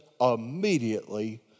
immediately